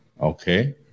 Okay